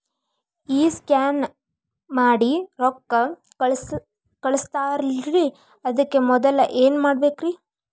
ಈ ಸ್ಕ್ಯಾನ್ ಮಾಡಿ ರೊಕ್ಕ ಕಳಸ್ತಾರಲ್ರಿ ಅದಕ್ಕೆ ಮೊದಲ ಏನ್ ಮಾಡ್ಬೇಕ್ರಿ?